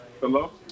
Hello